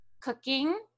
cooking